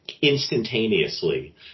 instantaneously